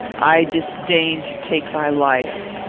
i disdain to take thy life.